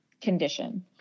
condition